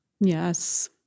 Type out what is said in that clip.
Yes